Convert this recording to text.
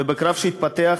ובקרב שהתפתח,